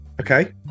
okay